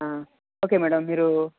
okay madam మీరు